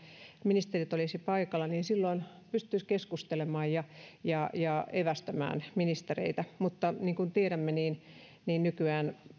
ministerit olisivat paikalla niin silloin pystyisi keskustelemaan ja ja evästämään ministereitä mutta niin kuin tiedämme niin niin nykyään